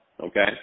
okay